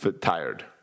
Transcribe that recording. tired